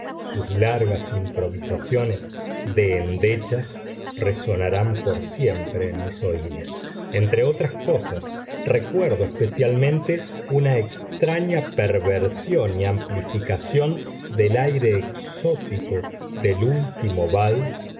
sus largas improvisaciones de endechas resonarán por siempre en mis oídos entre otras cosas recuerdo especialmente una extraña perversión y amplificación del aire exótico del último vals